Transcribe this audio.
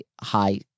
high